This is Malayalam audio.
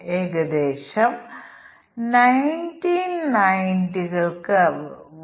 അതിനാൽ ഒരു ഇ കൊമേഴ്സ് സൈറ്റ് ഇനിപ്പറയുന്ന കിഴിവ് നൽകുന്നു എന്നതാണ് പ്രശ്നം